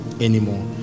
anymore